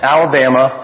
Alabama